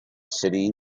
city